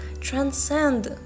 transcend